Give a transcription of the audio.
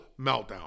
meltdown